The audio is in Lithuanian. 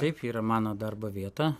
taip yra mano darbo vieta